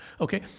okay